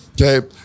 okay